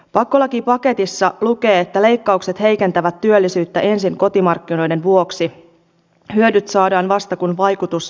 pakkolakipaketissa lukee että leikkaukset heikentävät työllisyyttä ensin kotimarkkinoiden vuoksi ja hyödyt saadaan vasta kun vaikutus vientiin näkyy